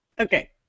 Okay